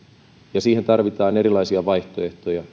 ja siihen tarvitaan erilaisia vaihtoehtoja